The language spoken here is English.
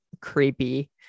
creepy